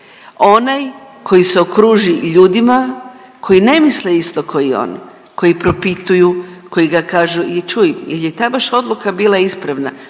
Onaj koji se okruži ljudima koji ne misle isto ko i oni, koji propituju, koji ga kažu i čuj jel je ta vaša odluka bila ispravna,